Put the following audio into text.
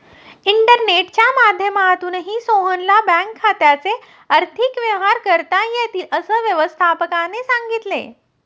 इंटरनेटच्या माध्यमातूनही सोहनला बँक खात्याचे आर्थिक व्यवहार करता येतील, असं व्यवस्थापकाने सांगितले